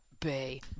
Bay